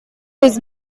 his